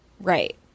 Right